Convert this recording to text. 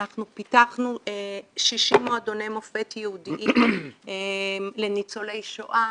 אנחנו פיתחנו 60 מועדוני מופת ייעודיים לניצולי שואה,